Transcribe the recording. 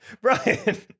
Brian